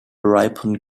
ripon